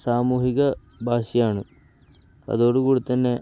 സാമൂഹിക ഭാഷയാണ് അതോടുകൂടിത്തന്നെ